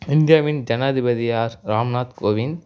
இந்தியாவின் ஜனாதிபதி ஆர் ராம்நாத் கோவிந்த்